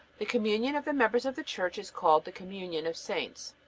the communion of the members of the church is called the communion of saints.